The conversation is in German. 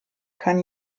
kann